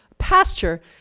pasture